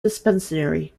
dispensary